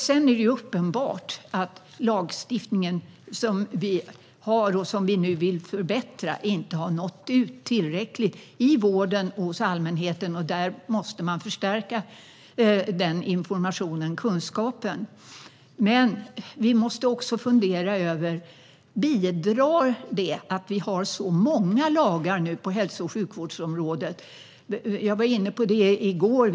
Sedan är det uppenbart att lagstiftningen som vi har och som vi nu vill förbättra inte har nått ut tillräckligt i vården och hos allmänheten. Man måste förstärka den informationen och kunskapen, men vi måste också fundera över om det bidrar att vi nu har så många lagar på hälso och sjukvårdsområdet. Jag var inne på det i går.